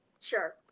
Sure